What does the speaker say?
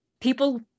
People